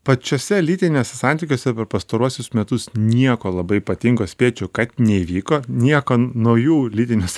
pačiuose lytiniuose santykiuose per pastaruosius metus nieko labai ypatingo spėčiau kad neįvyko nieko naujų lytinės